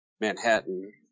Manhattan